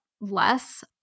less